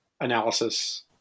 analysis